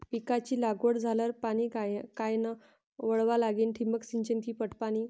पिकाची लागवड झाल्यावर पाणी कायनं वळवा लागीन? ठिबक सिंचन की पट पाणी?